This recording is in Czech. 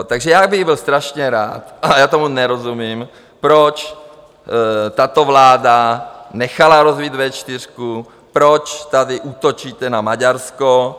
Takže já bych byl strašně rád, ale já tomu nerozumím, proč tato vláda nechala rozbít V4, proč tady útočíte na Maďarsko.